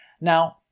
Now